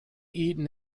eaten